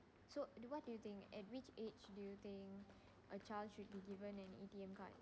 so do what do you think at which age do you think a child should be given an A_T_M card